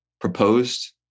proposed